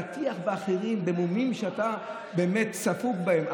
להטיח באחרים מומים שאתה באמת ספוג בהם.